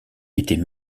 était